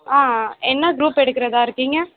ஆ என்ன க்ரூப் எடுக்கிறதா இருக்கிங்க